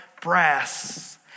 brass